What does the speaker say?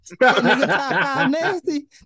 Nasty